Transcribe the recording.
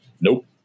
Nope